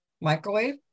Microwave